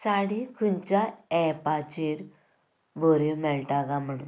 साडी खंयच्या एपाचेर बऱ्यो मेळटा काय म्हूण